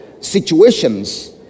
situations